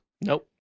Nope